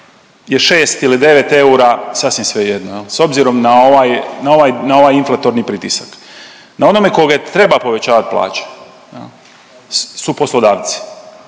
je 6 ili 9 eura sasvim svejedno, je li, s obzirom na ovaj, na ovaj, na ovaj inflatorni pritisak. Na onome koga treba povećavati plaće su poslodavci,